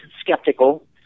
skeptical